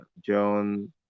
John